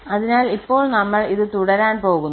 അതിനാൽ ഇപ്പോൾ നമ്മൾ ഇത് തുടരാൻ പോകുന്നു